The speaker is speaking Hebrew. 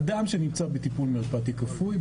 אדם שנמצא בטיפול מרפאתי כפוי,